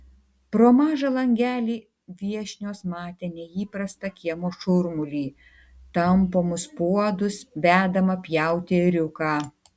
pro mažą langelį viešnios matė neįprastą kiemo šurmulį tampomus puodus vedamą pjauti ėriuką